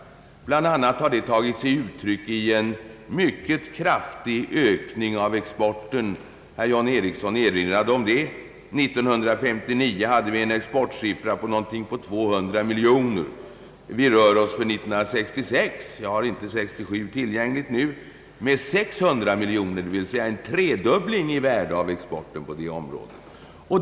Bland annat har det tagit sig uttryck i en mycket kraftig ökning av exporten. Herr John Ericsson erinrade om det. År 1959 hade vi en exportsiffra på omkring 200 miljoner kronor, men för 1966 — jag har inte siffrorna för 1967 tillgängliga nu — rör vi oss med 600 miljoner kronor, d.v.s. en tredubbling av exporten på detta område.